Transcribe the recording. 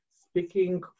speaking